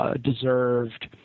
deserved